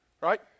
Right